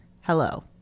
hello